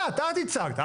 את ייצגת.